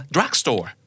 Drugstore